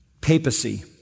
papacy